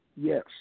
Yes